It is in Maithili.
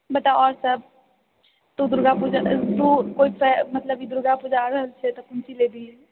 बताउ आओर सब तू दुर्गापूजा तू ओहिसँ मतलब दुर्गापूजा आ रहल छै तऽ कोन चीज लेबही